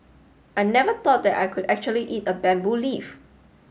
I never thought that I could actually eat a bamboo leaf